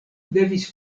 devis